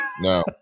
No